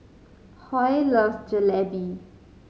Hoy loves Jalebi